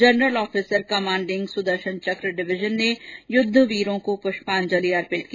general officer commanding Sudarshan Chakra division ने युद्ध वीरों को पुष्पांजलि अर्पित की